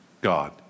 god